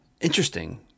Interesting